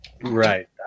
Right